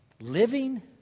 living